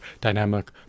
dynamic